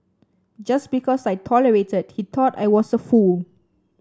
just because I tolerated he thought I was a fool